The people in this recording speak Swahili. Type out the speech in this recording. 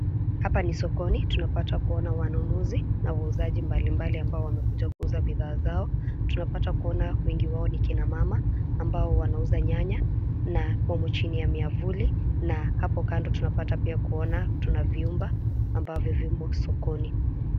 Hapa ni sokoni tunapata kuona wanunuzi na wauzaji mbalimbali ambao wamekuja kuuza bidhaa zao, tunapata kuona wengi wao ni kina mama ambao wanauza nyanya na wamo chini ya myavuli na hapo kando tunapata pia kuona tuna vyumba ambavyo vimo sokoni.